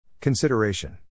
Consideration